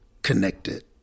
connected